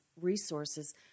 resources